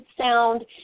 sound